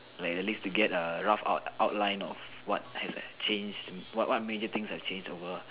like at least to get a rough out outline of what have changed what major things have changed the world